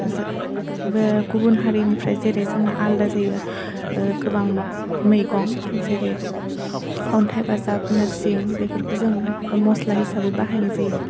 गुबुन हारिनिफ्राय जोंना जेरै आलादा जायो गोबां मैगं जेरै अन्थाइ बाजाब नोरसिं बेफोरखौ जों मस्ला हिसाबै बाहायनाय जायो